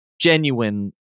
genuine